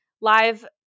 live